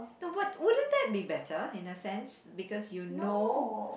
no would wouldn't that be better in a sense because you know